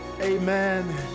Amen